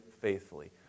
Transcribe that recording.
faithfully